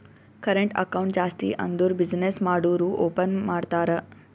current account ಜಾಸ್ತಿ ಅಂದುರ್ business ಮಾಡೂರು ಓಪನ್ ಮಾಡ್ತಾರ